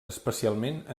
especialment